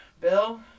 Bill